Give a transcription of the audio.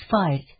fight